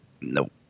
Nope